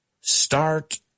start